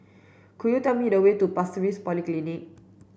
could you tell me the way to Pasir Ris Polyclinic